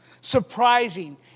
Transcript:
surprising